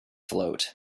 float